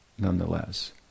nonetheless